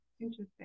Interesting